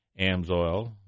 AMSOIL